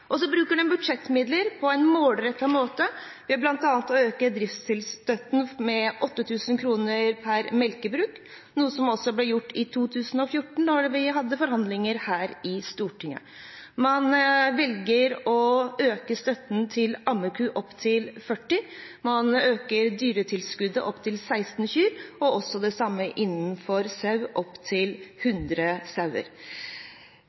også ble gjort i 2014, da vi hadde forhandlinger her i Stortinget. Man velger å øke støtten til ammeku opp til 40 kyr, man øker dyretilskuddet opp til 16 kyr og også det samme for sau, opp til